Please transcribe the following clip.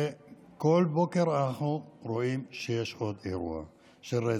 בכל בוקר אנחנו רואים שיש עוד אירוע של רצח,